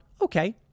Okay